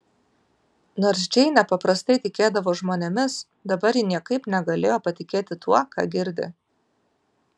nors džeinė paprastai tikėdavo žmonėmis dabar ji niekaip negalėjo patikėti tuo ką girdi